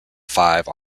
five